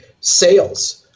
sales